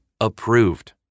approved